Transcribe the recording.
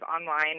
online